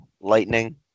lightning